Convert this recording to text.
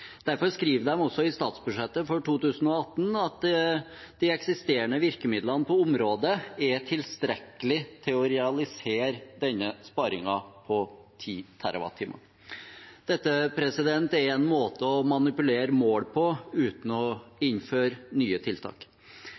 Derfor skriver de også i statsbudsjettet for 2018 at de eksisterende virkemidlene på området er tilstrekkelig til å realisere denne sparingen på 10 TWh. Dette er en måte å manipulere mål på uten å innføre nye tiltak.